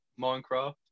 Minecraft